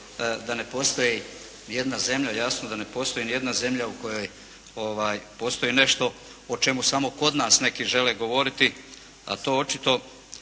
da ne postoji ni jedna zemlja u kojoj postoji nešto o čemu samo kod nas neki žele govoriti, a to očito